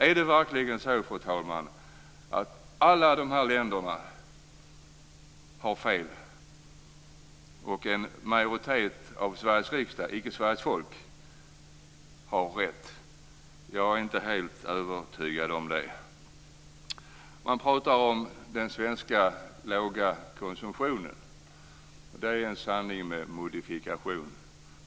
Är det verkligen så, fru talman, att alla de länderna har fel och att en majoritet av Sveriges riksdag - icke av Sveriges folk - har rätt? Jag är inte helt övertygad om det. Man pratar om den låga svenska konsumtionen. Det är en sanning med modifikation.